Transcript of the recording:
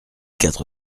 quatre